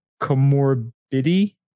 Comorbidity